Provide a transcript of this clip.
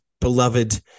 beloved